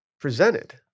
presented